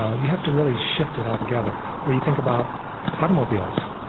ah you have to really shift it altogether or you think about automobiles.